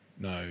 no